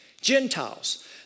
Gentiles